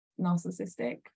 narcissistic